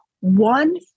one